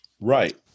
Right